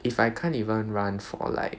if I can't even run for like